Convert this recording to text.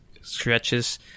stretches